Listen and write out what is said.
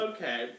Okay